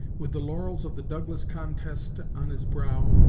with the laurels of the douglas contest on his brow,